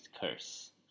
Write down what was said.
curse